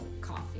coffee